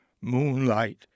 Moonlight